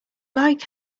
like